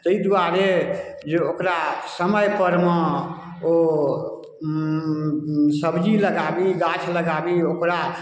तै दुआरे जे ओकरा समैपर मे ओ सब्जी लगाबी गाछ लगाबी ओकरा